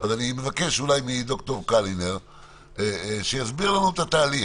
אני מבקש מד"ר קלינר שיסביר לנו את התהליך.